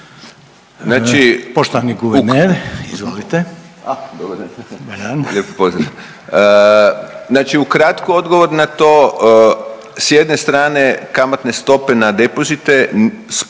Poštovani guverner, izvolite.